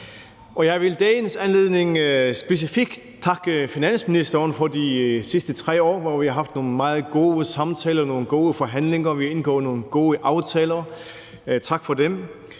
anledning specifikt takke finansministeren for de sidste 3 år, hvor vi har haft nogle meget gode